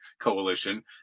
coalition